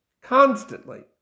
constantly